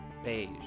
Beige